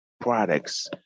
products